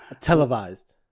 televised